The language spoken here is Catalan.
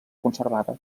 conservada